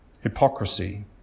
Hypocrisy